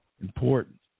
important